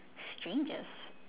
strangest